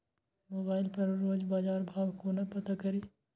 Mobile पर रोज बजार भाव कोना पता करि?